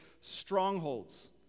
strongholds